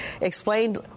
explained